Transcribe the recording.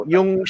Yung